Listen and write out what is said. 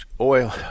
oil